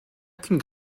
qu’une